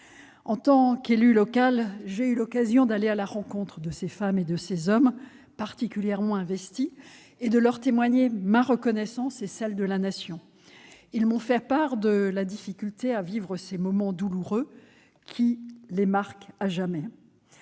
En tant qu'élue locale, j'ai eu l'occasion d'aller à la rencontre de ces femmes et de ces hommes particulièrement investis et de leur témoigner ma reconnaissance et celle de la Nation. Ils m'ont fait part de la difficulté à vivre ces moments douloureux qui les marquent à jamais.